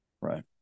right